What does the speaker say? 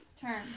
turn